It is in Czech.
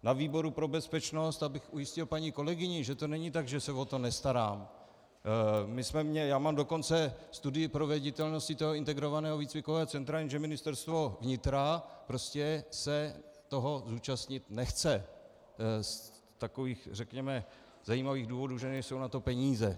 Na výboru pro bezpečnost, abych ujistil paní kolegyni, že to není tak, že se o to nestarám, já mám dokonce studii proveditelnosti toho integrovaného výcvikového centra, jenže Ministerstvo vnitra se toho zúčastnit nechce z takových, řekněme, zajímavých důvodů, že nejsou na to peníze.